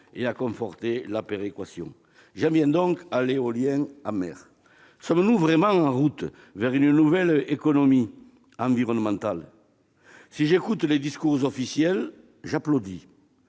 et à conforter la péréquation. J'en viens donc à l'éolien en mer : sommes-nous vraiment en route vers une nouvelle économie environnementale ? Si j'écoute les discours officiels, j'applaudis.